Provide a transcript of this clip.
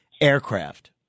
aircraft